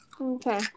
Okay